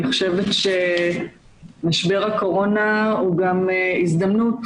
אני חושבת שמשבר הקורונה הוא גם הזדמנות,